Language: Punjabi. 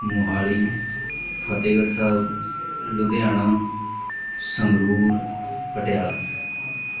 ਮੋਹਾਲੀ ਫਤਿਹਗੜ੍ਹ ਸਾਹਿਬ ਲੁਧਿਆਣਾ ਸੰਗਰੂਰ ਪਟਿਆਲਾ